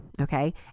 okay